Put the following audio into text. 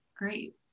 Great